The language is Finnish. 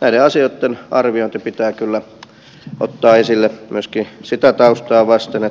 näiden asioiden arviointi pitää kyllä ottaa esille myöskin sitä taustaa vasten